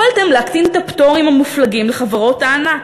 יכולתם להקטין את הפטורים המופלגים לחברות הענק,